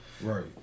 Right